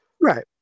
Right